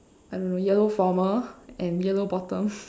I don't know yellow and yellow bottom